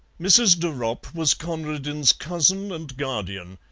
mrs. de ropp was conradin's cousin and guardian,